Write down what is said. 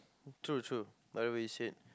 true true by the way you said